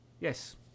Yes